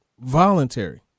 voluntary